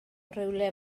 rywle